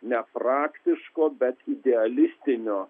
nepraktiško bet idealistinio